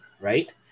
right